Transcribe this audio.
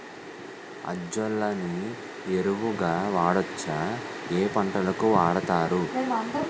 Azolla ని ఎరువు గా వాడొచ్చా? ఏ పంటలకు వాడతారు?